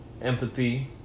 empathy